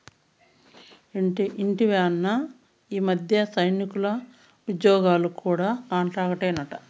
ఇంటివా అన్నా, ఈ మధ్యన సైనికుల ఉజ్జోగాలు కూడా కాంట్రాక్టేనట